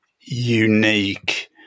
unique